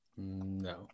No